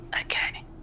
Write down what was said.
Okay